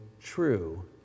true